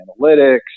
analytics